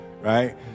Right